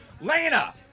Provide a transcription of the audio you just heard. Lana